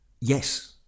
yes